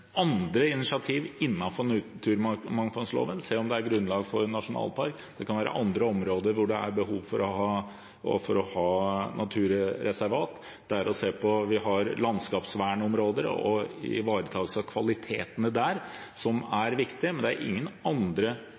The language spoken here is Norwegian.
andre initiativene innenfor naturmangfoldloven for å se om det er grunnlag for en nasjonalpark. Det kan være andre områder hvor det er behov for å ha naturreservat. Vi har landskapsvernområder og ivaretakelsen av kvalitetene der som er viktig, men det er ingen andre